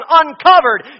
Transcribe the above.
uncovered